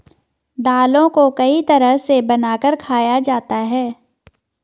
दालों को कई तरह से बनाकर खाया जाता है